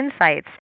insights